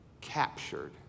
captured